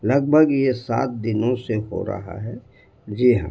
لگ بھگ یہ سات دنوں سے ہو رہا ہے جی ہاں